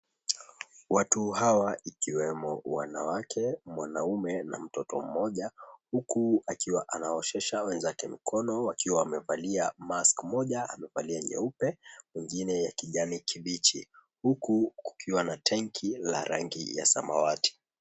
Watu hawa ikiwemo wanawake, mwanaume na mtoto mmoja huku akiwa anaoshesha wenzake mkono wakiwa wamevalia mask moja, amevalia nyeupe, wengine ya kijani kibichi huku kukiwa na tanki la rangi ya samawati.